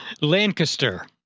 Lancaster